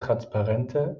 transparente